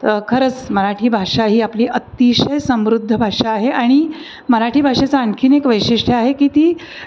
तर खरंच मराठी भाषा ही आपली अतिशय समृद्ध भाषा आहे आणि मराठी भाषेचं आणखीन एक वैशिष्ट्य आहे की ती